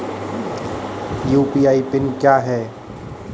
UPI PIN क्या है?